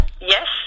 Yes